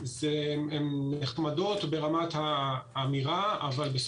זה נחמד ברמת האמירה אבל,